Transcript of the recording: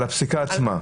על הפסיקה עצמה?